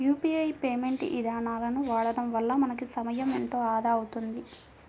UPI payment ఇదానాలను వాడడం వల్ల మనకి సమయం ఎంతో ఆదా అవుతుంది